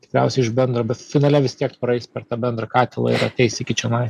tikriausiai iš bendro bet finale vis tiek praeis per tą bendrą katilą ir ateis iki čionais